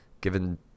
given